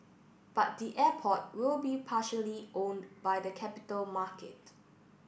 but the airport will be partially owned by the capital market